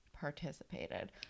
Participated